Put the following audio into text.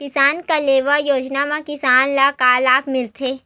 किसान कलेवा योजना म किसान ल का लाभ मिलथे?